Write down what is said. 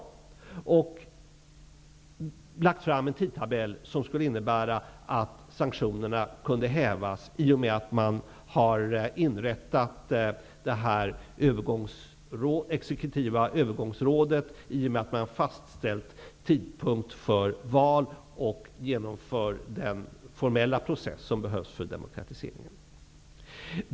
ANC har lagt fram en tidtabell som innebär att sanktionerna skulle kunna hävas i och med att det exekutiva övergångsrådet har inrättats och en tidpunkt för val har fastställts och en formell process har genomförts för demokratiseringen.